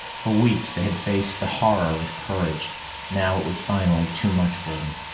for weeks they had faced the horror with courage now it was finally too much for them.